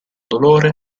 dolore